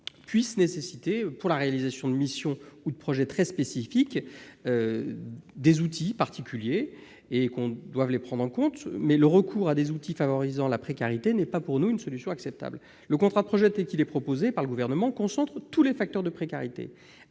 peuvent nécessiter, pour la réalisation de missions ou de projets très spécifiques, des outils particuliers. Il faut en tenir compte. Mais le recours à des outils favorisant la précarité n'est pas, pour nous, une solution acceptable. Le contrat de projet, tel qu'il est proposé par le Gouvernement, concentre tous les facteurs de précarité.